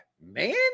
man